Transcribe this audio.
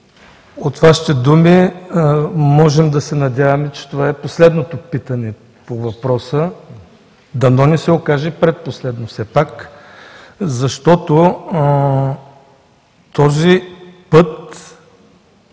от Вашите думи – можем да се надяваме, че това е последното питане по въпроса. Дано не се окаже предпоследно, защото обходният път